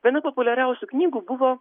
viena populiariausių knygų buvo